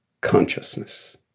consciousness